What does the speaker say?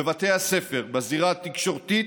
בבתי הספר ובזירה התקשורתית,